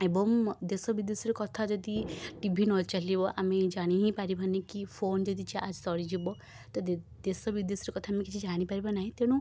ଏବଂ ଦେଶ ବିଦେଶର କଥା ଯଦି ଟି ଭି ନ ଚାଲିବ ଆମେ ଜାଣି ହିଁ ପାରିବାନି କି ଫୋନ୍ ଯଦି ଚାର୍ଜ ସରିଯିବ ତ ଦେ ଦେଶ ବିଦେଶର କଥା ଆମେ କିଛି ଜାଣିପାରିବା ନାହିଁ ତେଣୁ